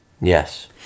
Yes